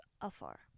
afar